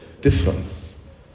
difference